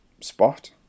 spot